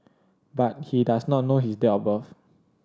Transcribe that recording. but he does not know his date of birth